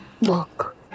look